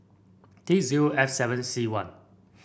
T zero F seven C one